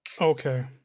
Okay